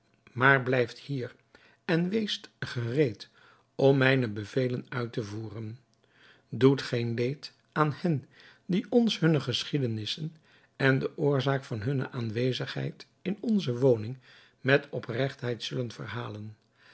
maar blijft hier en weest gereed om mijne bevelen uit te voeren doet geen leed aan hen die ons hunne geschiedenis en de oorzaak van hunne aanwezigheid in onze woning met opregtheid zullen verhalen